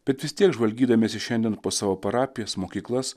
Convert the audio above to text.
bet vis tiek žvalgydamiesi šiandien po savo parapijas mokyklas